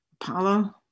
apollo